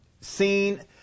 seen